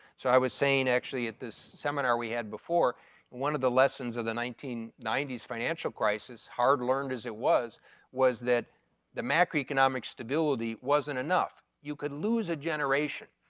so, i was saying actually at this seminar we had before one of the lessons of the nineteen ninety s financial crisis hard learned as it was was that the macroeconomic stability wasn't enough. you could lose a generation,